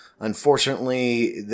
Unfortunately